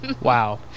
Wow